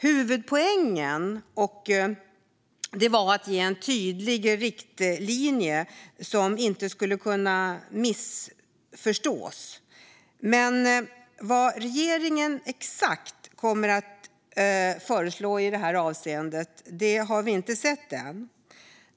Huvudpoängen var att ge tydliga riktlinjer som inte skulle kunna missförstås. Men exakt vad regeringen kommer att föreslå i det avseendet har vi ännu inte sett.